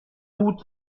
hut